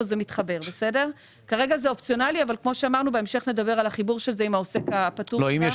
אבל בהמשך נדבר על החיבור של זה עם העוסק הפטור --- אם יש